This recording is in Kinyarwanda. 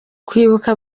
kwibuka